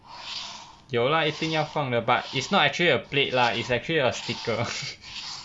有 lah 一定要放的 but is not actually a plate lah is actually a sticker